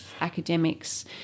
academics